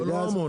לא, לא.